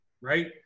right